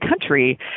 country